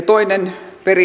toinen